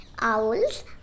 Owls